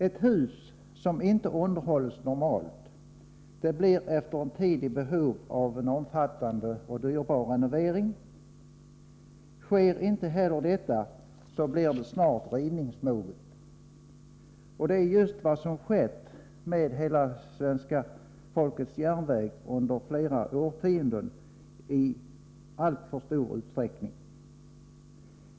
Ett hus som inte underhålls normalt blir efter en tid i behov av en omfattande och dyrbar renovering. Sker inte heller detta, blir huset snart rivningsmoget. Detta är just vad som skett med ”hela svenska folkets järnväg” under flera årtionden i alltför stor utsträckning.